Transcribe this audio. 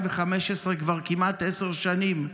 כבר כמעט עשר שנים.